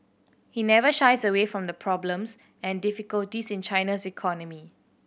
he never shies away from the problems and difficulties in China's economy